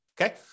okay